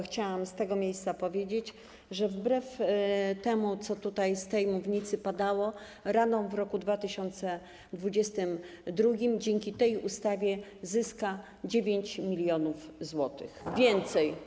Chciałam tylko z tego miejsca powiedzieć, że wbrew temu, co tutaj z tej mównicy padało, Radom w roku 2022 dzięki tej ustawie zyska 9 mln zł więcej.